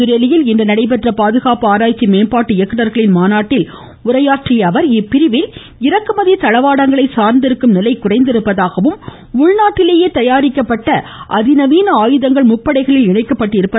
புதுதில்லியில் இன்று நடைபெற்ற பாதுகாப்பு ஆராய்ச்சி மேம்பாட்டு இயக்குனர்களின் மாநாட்டில் உரையாற்றிய அவர் பாதுகாப்பு பிரிவில் இறக்குமதி தளவாடங்களை சார்ந்திருக்கும் நிலை குறைந்திருப்பதாகவும் உள்நாட்டிலேயே தயாரிக்கப்பட்ட அதிநவீன ஆயுதங்கள் முப்படைகளில் இணைக்கப்பட்டிருப்பதாகவும் குறிப்பிட்டார்